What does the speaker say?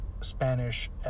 Spanish